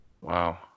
Wow